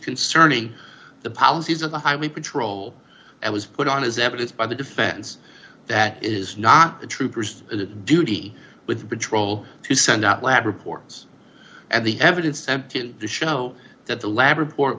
concerning the policies of the highway patrol that was put on as evidence by the defense that is not the trooper's duty with patrol to send out lab reports and the evidence to show that the lab report